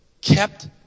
kept